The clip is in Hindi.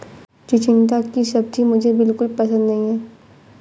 चिचिण्डा की सब्जी मुझे बिल्कुल पसंद नहीं है